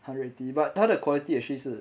hundred eighty but 他的 quality actually 是